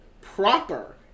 proper